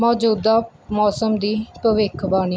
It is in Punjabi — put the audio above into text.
ਮੌਜੂਦਾ ਮੌਸਮ ਦੀ ਭਵਿੱਖਬਾਣੀ